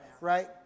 right